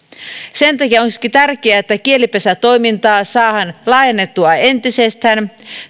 sen takia olisikin tärkeää että kielipesätoimintaa saataisiin laajennettua entisestään